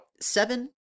Seven